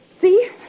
See